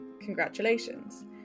congratulations